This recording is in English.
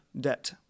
debt